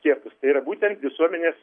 skiepus tai yra būtent visuomenės